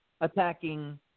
attacking